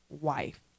wife